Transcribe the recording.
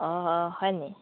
অঁ অঁ হয়নি